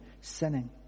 sinning